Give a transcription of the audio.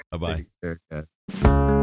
bye-bye